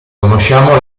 conosciamo